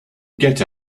get